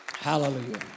Hallelujah